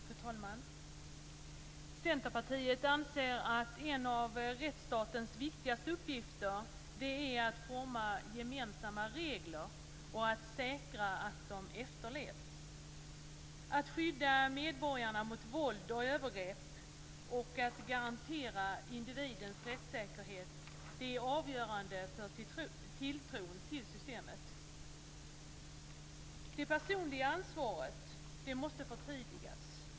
Fru talman! Centerpartiet anser att en av rättsstatens viktigaste uppgifter är att forma gemensamma regler och säkra att de efterlevs. Att skydda medborgarna mot våld och övergrepp och att garantera individens rättssäkerhet är avgörande för tilltron till systemet. Det personliga ansvaret måste förtydligas.